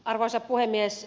arvoisa puhemies